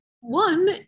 One